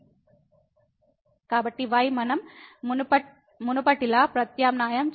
అయితే y మనం మునుపటిలా ప్రత్యామ్నాయం చేయవచ్చు y mx